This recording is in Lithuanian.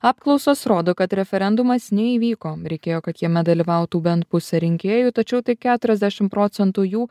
apklausos rodo kad referendumas neįvyko reikėjo kad jame dalyvautų bent pusė rinkėjų tačiau tik keturiasdešim procentų jų